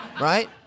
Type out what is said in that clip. right